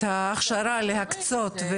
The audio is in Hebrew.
את ההכשרה להקצות,